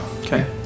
Okay